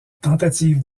tentative